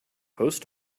post